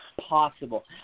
possible